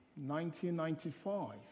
1995